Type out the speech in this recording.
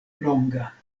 longa